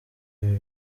ibi